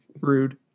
Rude